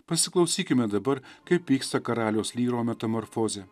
pasiklausykime dabar kaip vyksta karaliaus lyro metamorfozė